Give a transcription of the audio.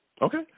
Okay